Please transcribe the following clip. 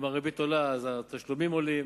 אם הריבית עולה, התשלומים עולים.